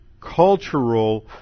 cultural